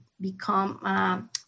become